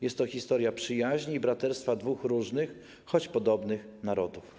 Jest to historia przyjaźni i braterstwa dwóch różnych, choć podobnych narodów.